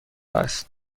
است